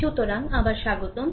সুতরাং আবার স্বাগতম